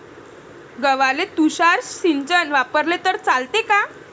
गव्हाले तुषार सिंचन वापरले तर चालते का?